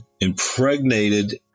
impregnated